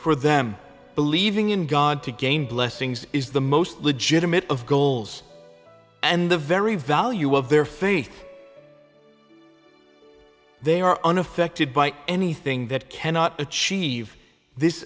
for them believing in god to gain blessings is the most legitimate of goals and the very value of their faith they are unaffected by anything that cannot achieve this